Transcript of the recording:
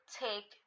take